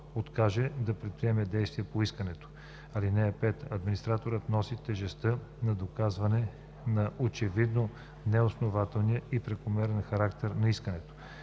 откаже да предприеме действия по искането. (5) Администраторът носи тежестта на доказване на очевидно неоснователния или прекомерен характер на искането.